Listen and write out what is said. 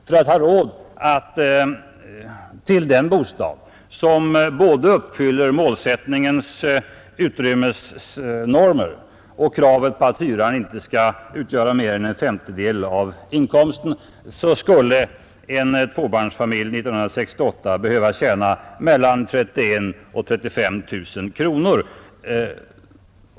För att ha råd till den bostad som både uppfyller målsättningens utrymmesnormer och kravet på att hyran inte skall utgöra mer än en femtedel av inkomsten skulle en tvåbarnsfamilj 1968 ha behövt tjäna mellan ca 31 000 och 35 000 kronor.